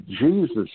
Jesus